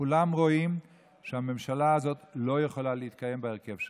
כולם רואים שהממשלה הזאת לא יכולה להתקיים בהרכב שלה,